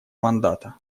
мандата